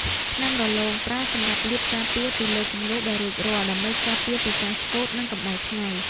ថ្នាំរលោង ប្រើសម្រាប់លាបការពារពីលើគំនូរដែលរួចរាល់ ដើម្បីការពារពីការឆ្កូត និងកម្ដៅថ្ងៃ។